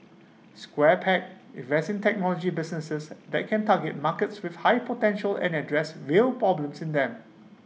square peg invests in technology businesses that can target markets with high potential and address real problems in them